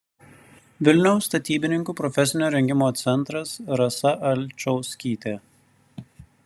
vilniaus statybininkų profesinio rengimo centras rasa alčauskytė